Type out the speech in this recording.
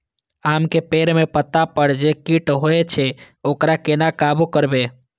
आम के पेड़ के पत्ता पर जे कीट होय छे वकरा केना काबू करबे?